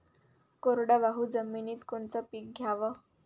कोरडवाहू जमिनीत कोनचं पीक घ्याव?